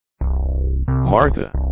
Martha